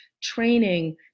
training